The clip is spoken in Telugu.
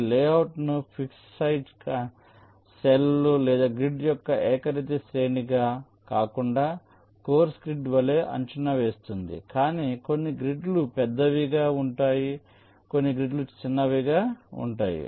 ఇది లేఅవుట్ను ఫిక్స్ సైజ్ కణాలు లేదా గ్రిడ్ల యొక్క ఏకరీతి శ్రేణిగా కాకుండా కోర్సు గ్రిడ్ వలె అంచనా వేస్తుంది కానీ కొన్ని గ్రిడ్లు లు పెద్దవి గా ఉంటుంది కొన్ని గ్రిడ్లు లు చిన్నవిగా ఉంటాయి